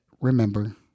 remember